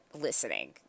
listening